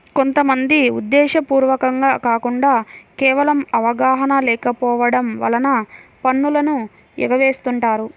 కొంత మంది ఉద్దేశ్యపూర్వకంగా కాకుండా కేవలం అవగాహన లేకపోవడం వలన పన్నులను ఎగవేస్తుంటారు